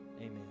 Amen